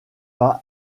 pas